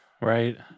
Right